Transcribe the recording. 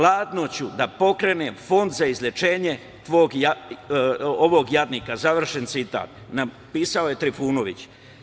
Ladno ću da pokrenem fond za izlečenje ovog jadnika“, napisao je Trifunović.